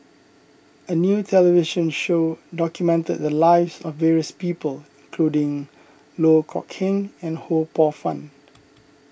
a new television show documented the lives of various people including Loh Kok Heng and Ho Poh Fun